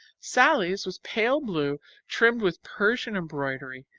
sallie's was pale blue trimmed with persian embroidery,